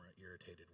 irritated